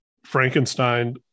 Frankenstein